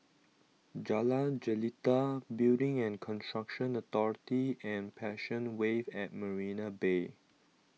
Jalan Jelita Building and Construction Authority and Passion Wave at Marina Bay